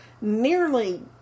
nearly